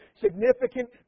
significant